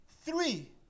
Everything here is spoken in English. Three